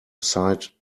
side